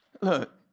Look